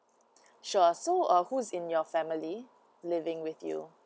sure so uh who's in your family living with you